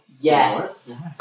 Yes